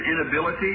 inability